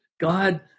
God